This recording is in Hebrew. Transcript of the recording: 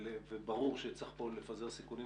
וברור שצריך לפזר פה סיכונים,